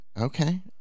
Okay